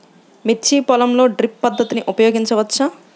మిర్చి పొలంలో డ్రిప్ పద్ధతిని ఉపయోగించవచ్చా?